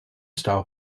style